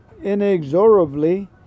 inexorably